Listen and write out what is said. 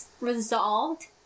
resolved